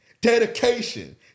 dedication